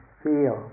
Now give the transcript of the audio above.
feel